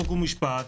חוק ומשפט,